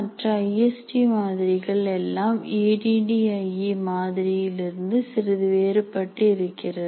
மற்ற ஐஎஸ்டி மாதிரிகள் எல்லாம் A D D I E மாதிரியில் இருந்து சிறிது வேறுபட்டு இருக்கிறது